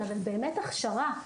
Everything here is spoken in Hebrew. אלא באמת הכשרה,